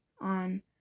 on